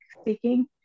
speaking